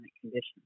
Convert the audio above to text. conditions